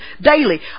daily